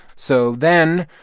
so then,